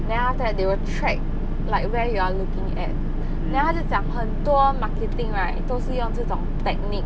then after that they will track like where you are looking at then 她就讲很多 marketing right 都是用这种 technique